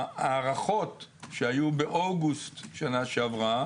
ההערכות שהיו באוגוסט שנה שעברה